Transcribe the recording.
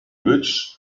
rich